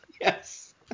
Yes